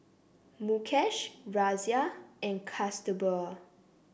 Mukesh Razia and Kasturba